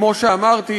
כמו שאמרתי,